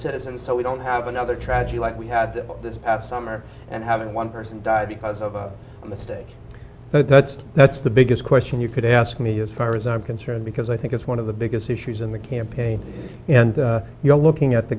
citizens so we don't have another tragedy like we had this past summer and having one person die because of a mistake but that's that's the biggest question you could ask me as far as i'm concerned because i think it's one of the biggest issues in the campaign and you're looking at the